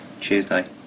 Tuesday